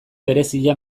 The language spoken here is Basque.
berezia